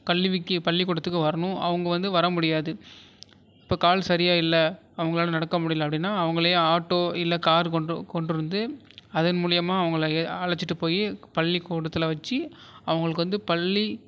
கல்விக்கு பள்ளி கூடத்துக்கு வரணும் அவங்க வந்து வர முடியாது இப்போ கால் சரியாக இல்லை அவங்களால நடக்க முடியலை அப்படின்னா அவங்ளே ஆட்டோ இல்லை கார் கொண்டு கொண்டு வந்து அதன் மூலயமா அவங்களயே அழைச்சிட்டு போய் பள்ளி கூடத்தில் வச்சு அவங்களுக்கு வந்து பள்ளி